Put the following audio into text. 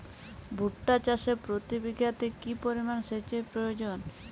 ভুট্টা চাষে প্রতি বিঘাতে কি পরিমান সেচের প্রয়োজন?